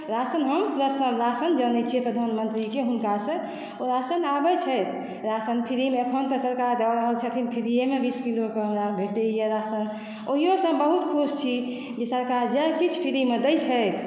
ration हम personal ration जे आनै छियै प्रधानमंत्रीके हुनका से ओ राशन आबै छै राशन फ्री मे एखन तक सरकार दऽ रहल छथिन फ्रीए मे बीस किलो कऽ हमरा भेटैया राशन ओहियो सँ बहुत खुश छी जे सरकार जएह किछ फ्रीमे दै छै